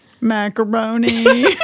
macaroni